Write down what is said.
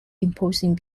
imposing